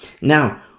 Now